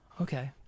okay